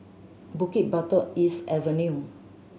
Bukit Batok East Avenue